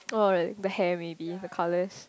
oh really the hair maybe the colours